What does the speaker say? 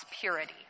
purity